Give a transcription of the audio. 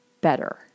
better